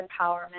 empowerment